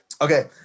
Okay